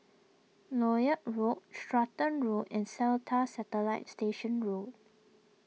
Lloyd Road Stratton Road and Seletar Satellite Station Road